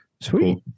Sweet